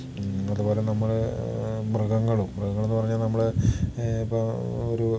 അതുപോലെ നമ്മൾ മൃഗങ്ങളും മൃഗങ്ങളെന്നു പറഞ്ഞാൽ നമ്മൾ ഇപ്പം ഒരു